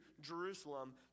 Jerusalem